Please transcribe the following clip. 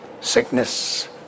Sickness